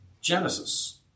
Genesis